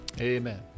Amen